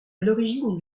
l’origine